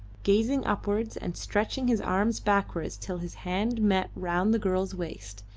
gazing upwards and stretching his arms backwards till his hands met round the girl's waist.